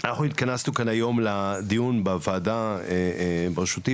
אנחנו התכנסנו כאן היום לדיון בוועדה ברשותי,